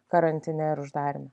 karantine ir uždaryme